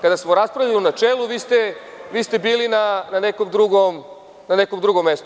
Kada smo raspravljali u načelu, vi ste bili na nekom drugom mestu.